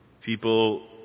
People